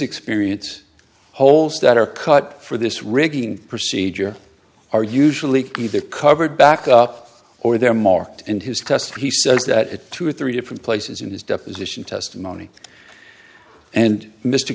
experience holes that are cut for this rigging procedure are usually either covered back up or they're marked and his custom he says that a two or three different places in his deposition testimony and mr